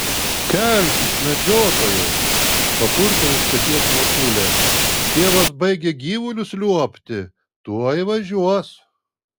kelkis medžiotojau papurtė už peties motulė tėvas baigia gyvulius liuobti tuoj važiuos